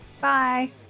Bye